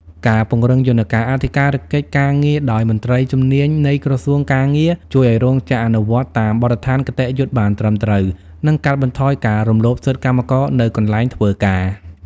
ការពង្រឹងយន្តការអធិការកិច្ចការងារដោយមន្ត្រីជំនាញនៃក្រសួងការងារ ជួយឱ្យរោងចក្រអនុវត្តតាមបទដ្ឋានគតិយុត្តិបានត្រឹមត្រូវ និងកាត់បន្ថយការរំលោភសិទ្ធិកម្មករនៅកន្លែងធ្វើការ។